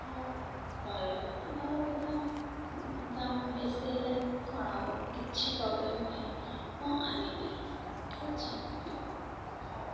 ହଉ ଭଲ ହେଲେ ତ ଭଲ କଥା ଦାମ୍ ବେଶୀ ହେଲେ କ'ଣ ହବ କିଛି ପ୍ରୋବ୍ଲେମ୍ ନାହିଁ ମୁଁ ଆଣିବି ଠିକ୍ ଅଛି ହଉ